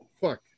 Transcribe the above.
fuck